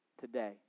today